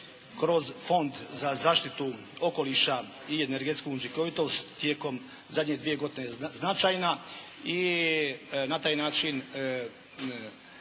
kroz Fond za zaštitu okoliša i energetsku učinkovitost tijekom zadnje dvije godine značajna i na taj način